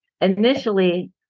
initially